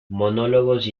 monólogos